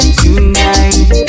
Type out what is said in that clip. tonight